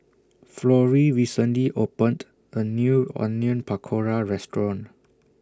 Florrie recently opened A New Onion Pakora Restaurant